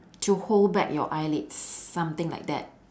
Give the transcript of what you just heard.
to hold back your eyelids something like that